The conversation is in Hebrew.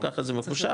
לא ככה זה מחושב,